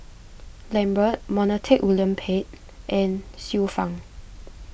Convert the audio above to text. Lambert Montague William Pett and Xiu Fang